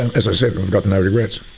as i've said, i've got no regrets.